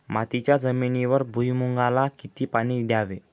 मातीच्या जमिनीवर भुईमूगाला किती पाणी द्यावे?